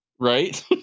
Right